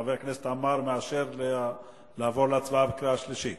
חבר הכנסת עמאר מאשר לעבור להצבעה בקריאה שלישית?